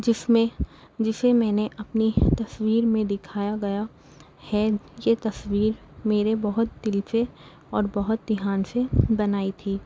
جس میں جسے میں نے اپنی تصویر میں دکھایا گیا ہے یہ تصویر میرے بہت دل سے اور بہت دھیان سے بنائی تھی